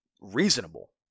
Reasonable